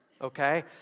Okay